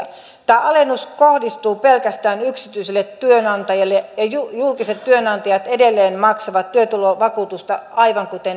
tämä alennus kohdistuu pelkästään yksityisille työnantajille ja julkiset työnantajat edelleen maksavat työtulovakuutusta aivan kuten ennenkin